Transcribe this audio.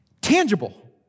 Tangible